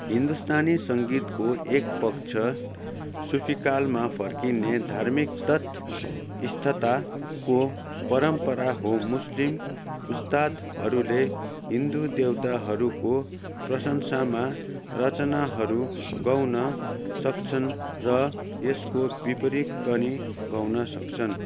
हिन्दुस्तानी सङ्गीतको एक पक्ष सुफिकालमा फर्किने धार्मिक तटस्थताको परम्परा हो मुस्लिम उस्तादहरूले हिन्दू देवताहरूको प्रशन्सामा रचनाहरू गाउन सक्छन् र यसको विपरित पनि गाउन सक्छन्